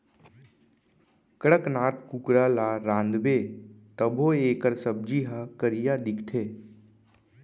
कड़कनाथ कुकरा ल रांधबे तभो एकर सब्जी ह करिया दिखथे